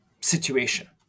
situation